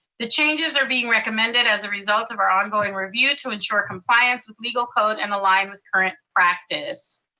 the changes are being recommended as a result of our ongoing review to ensure compliance with legal code and align with current practice.